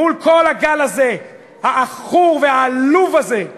מול כל הגל הזה, העכור והעלוב הזה,